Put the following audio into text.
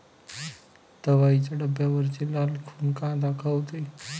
दवाईच्या डब्यावरची लाल खून का दाखवते?